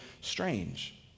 strange